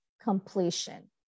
completion